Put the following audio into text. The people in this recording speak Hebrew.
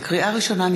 לקריאה ראשונה,